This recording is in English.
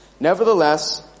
Nevertheless